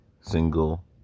single